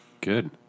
Good